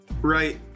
Right